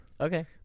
Okay